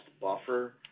buffer